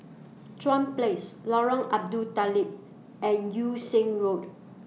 Chuan Place Lorong Abu Talib and Yung Sheng Road